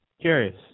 curious